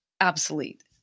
obsolete